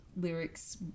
lyrics